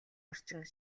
орчин